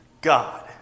God